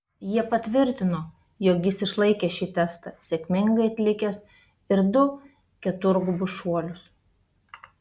jie patvirtino jog jis išlaikė šį testą sėkmingai atlikęs ir du keturgubus šuolius